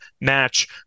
match